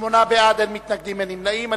שמונה בעד, אין מתנגדים, אין נמנעים.